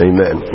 Amen